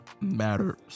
Matters